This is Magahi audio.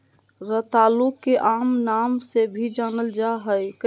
रतालू के आम नाम से भी जानल जाल जा हइ